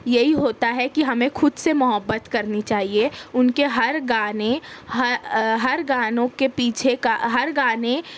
یہی ہوتا ہے کہ ہمیں خود سے محبت کرنی چاہیے اُن کے ہر گانے ہر گانوں کے پیچھے کا ہر گانے